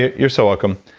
you're so welcome.